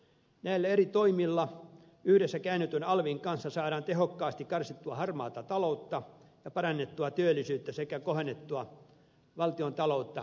näillä eri toimilla yhdessä käännetyn alvin kanssa saadaan tehokkaasti karsittua harmaata taloutta ja parannettua työllisyyttä sekä kohennettua valtion taloutta miljardeilla euroilla